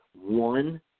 one